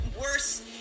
worse